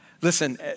Listen